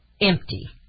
empty